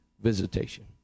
visitation